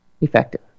effective